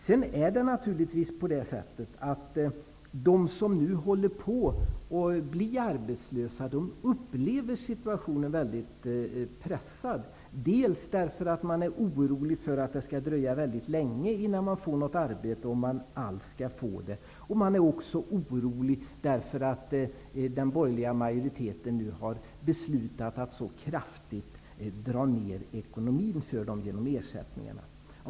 De som är på väg att bli arbetslösa, upplever naturligtvis situationen som mycket pressad, dels därför att de är oroliga för att det skall dröja mycket länge innan de får ett arbete, om de alls får något, dels därför att de är oroliga för att den borgerliga majoriteten nu har fattat beslut om att så kraftigt försämra ekonomin för dem genom de försämrade ersättningarna.